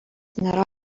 nėra